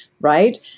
right